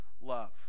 love